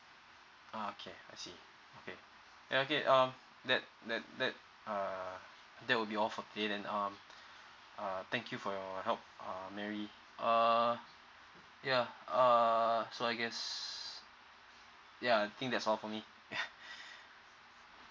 okay I see okay ah okay um that that that uh that will be all for today and um uh thank you for your help uh mary uh yeah uh so I guess ya I think that's all for me